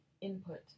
input